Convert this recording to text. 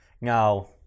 now